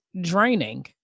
draining